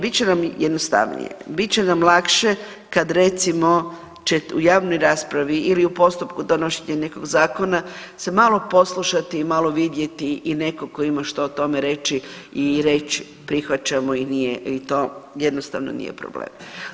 Bit će nam jednostavnije, bit će nam lakše kad će u javnoj raspravi ili u postupku donošenja nekog zakona se malo poslušati i malo vidjeti netko tko ima što o tome reći i reći prihvaćamo i nije i to jednostavno nije problem.